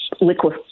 liquid